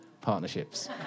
partnerships